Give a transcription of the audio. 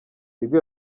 tigo